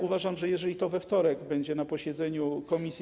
Uważam, że jeżeli to we wtorek będzie na posiedzeniu komisji.